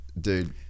dude